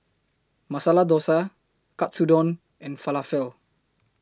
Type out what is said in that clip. Masala Dosa Katsudon and Falafel